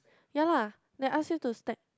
ya lah they ask you to stack